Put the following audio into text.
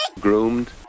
Groomed